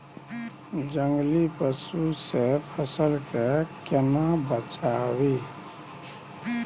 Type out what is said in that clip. जंगली पसु से फसल के केना बचावी?